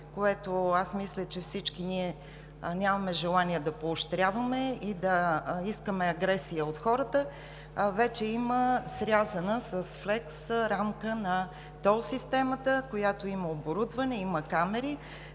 което мисля, че всички ние нямаме желание да поощряваме и да искаме агресия от хората, а вече има срязана с флекс рамка на тол системата, която има оборудване, има камери.